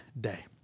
day